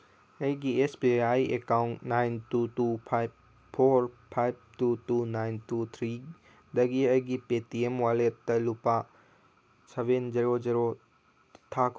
ꯑꯩꯒꯤ S B I account nine two two five four five two two nine two ꯊ꯭ꯔꯤꯗꯒꯤ ꯑꯩꯒꯤ P T M ꯋꯥꯂꯦꯠꯇ ꯂꯨꯄꯥ ꯁꯕꯦꯟ ꯖꯦꯔꯣ ꯖꯦꯔꯣ ꯊꯥꯈꯣ